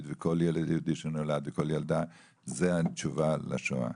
וכל ילד יהודי שנולד וכל ילדה זו התשובה לשואה,